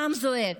העם זועק.